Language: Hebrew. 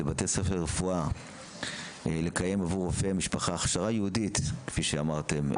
לבתי הספר לרפואה לקיים עבור רופאי המשפחה הכשרה ייעודית כפי שאמרתם,